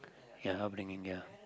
ya upbringing ya